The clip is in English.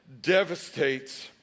devastates